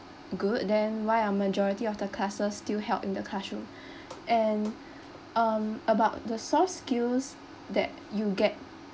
good then why are majority of the classes still held in the classroom and um about the soft skills that you get